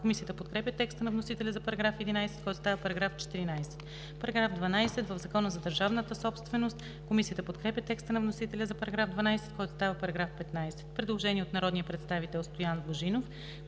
Комисията подкрепя текста на вносителя за § 11, който става § 14. „§ 12. В Закона за държавната собственост…“. Комисията подкрепя текста на вносителя за § 12, който става § 15. Предложение от народния представител Стоян Божинов.